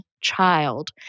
child